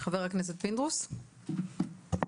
חבר הכנסת פינדרוס, בבקשה.